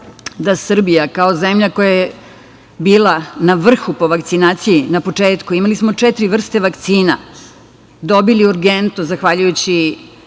da Srbija kao zemlja koja je bila na vrhu po vakcinaciji na početku, imali smo četiri vrste vakcina, dobili urgentno, ne mogu